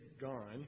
gone